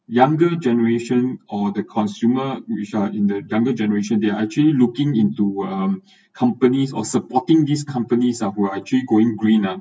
younger generation or the consumer which are in the younger generation they're actually looking into um companies or supporting these companies uh who are actually going green uh